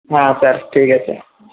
হ্যাঁ ব্যস ঠিক আছে